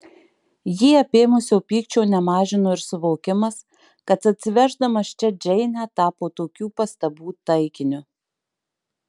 jį apėmusio pykčio nemažino ir suvokimas kad atsiveždamas čia džeinę tapo tokių pastabų taikiniu